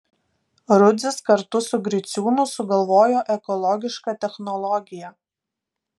rudzis kartu su griciūnu sugalvojo ekologišką technologiją